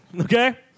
Okay